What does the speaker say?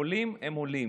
עולים הם עולים.